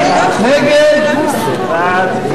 סעיף 41,